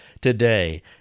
today